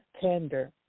tender